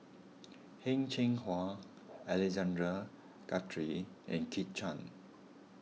Heng Cheng Hwa Alexander Guthrie and Kit Chan